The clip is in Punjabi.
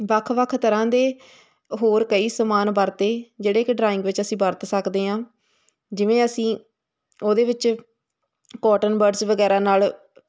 ਵੱਖ ਵੱਖ ਤਰ੍ਹਾਂ ਦੇ ਹੋਰ ਕਈ ਸਮਾਨ ਵਰਤੇ ਜਿਹੜੇ ਕਿ ਡਰਾਇੰਗ ਵਿੱਚ ਅਸੀਂ ਵਰਤ ਸਕਦੇ ਹਾਂ ਜਿਵੇਂ ਅਸੀਂ ਉਹਦੇ ਵਿੱਚ ਕਾਟਨ ਵਰਡਸ ਵਗੈਰਾ ਨਾਲ